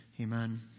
Amen